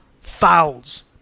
fouls